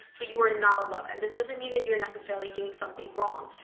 so you are not alone. and this doesn't mean that you're necessarily doing something wrong,